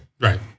Right